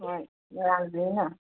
ꯎꯝ ꯌꯥꯝꯗꯦꯅ